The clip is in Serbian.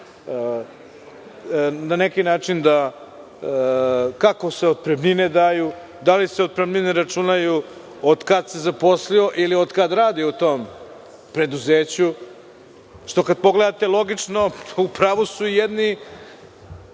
kad neko može da ode, kako se otpremnine daju, da li se otpremnine računaju od kad se zaposlio ili od kada radi u tom preduzeću? Što, kada pogledate logično, u pravu su i jedni